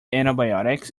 antibiotics